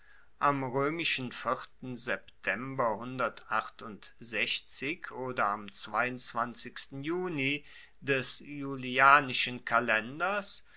am roemischen september oder am juni des julianischen kalenders